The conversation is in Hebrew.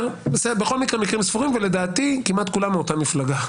בכל מקרה היו מקרים ספורים ולדעתי כמעט כולם מאותה מפלגה.